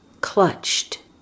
clutched